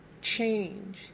change